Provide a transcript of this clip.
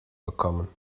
bekommen